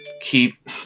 keep